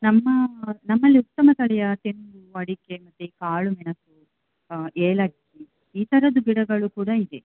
ನಮ್ಮ ನಮ್ಮಲ್ಲಿ ಉತ್ತಮ ತಳಿಯ ತೆಂಗು ಅಡಿಕೆ ಮತ್ತು ಕಾಳುಮೆಣಸು ಏಲಕ್ಕಿ ಈ ಥರದ್ದು ಗಿಡಗಳು ಕೂಡ ಇದೆ